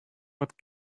but